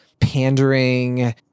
pandering